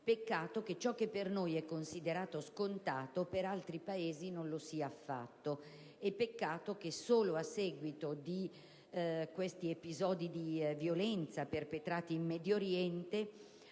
Peccato che ciò che per noi è considerato scontato per altri Paesi non lo sia affatto e peccato che, solo a seguito dei numerosi episodi di violenza perpetrati in Medio Oriente,